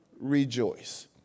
rejoice